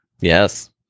Yes